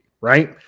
Right